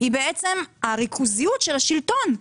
על ריכוזיות השלטון,